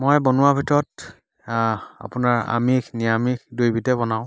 মই বনোৱাৰ ভিতৰত আপোনাৰ আমিষ নিৰামিষ দুয়োবিধেই বনাওঁ